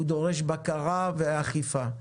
הוא דורש בקרה ואכיפה.